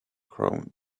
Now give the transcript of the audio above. chrome